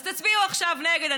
אז תצביעו עכשיו נגד,